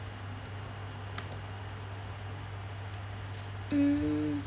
mm